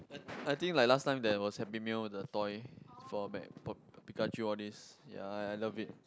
and I think like last time there was happy meal the toy for mac Pikachu all these ya ya I love it